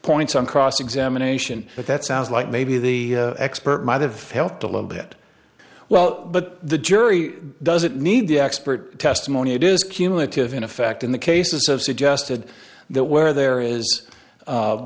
points on cross examination but that sounds like maybe the expert might have helped a little bit well but the jury doesn't need the expert testimony it is cumulative in effect in the cases of suggested that where there is